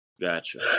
Gotcha